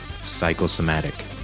Psychosomatic